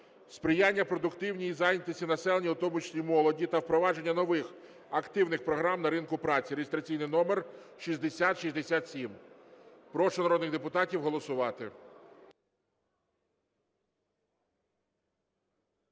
сприяння продуктивній зайнятості населення, у тому числі молоді, та впровадження нових активних програм на ринку праці (реєстраційний номер 6067). Прошу народних депутатів голосувати.